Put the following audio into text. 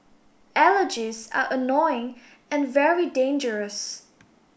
allergies are annoying and very dangerous